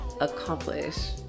accomplish